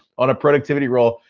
on a productivity roll.